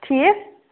ٹھیٖک